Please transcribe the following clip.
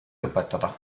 õpetada